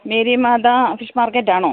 Mary Mata fish മാർക്കറ്റാണോ